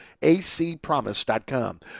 acpromise.com